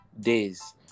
days